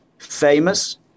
famous